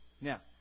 Now